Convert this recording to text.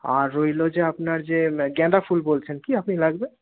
আর রইল যে আপনার যে গেঁদাফুল বলছেন কী আপনি লাগবে